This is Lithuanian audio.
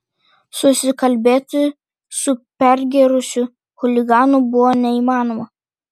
susikalbėti su pergėrusiu chuliganu buvo neįmanoma